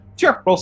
Sure